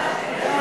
ההצעה